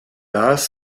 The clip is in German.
das